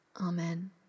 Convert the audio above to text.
Amen